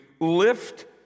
lift